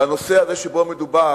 בנושא הזה שבו מדובר,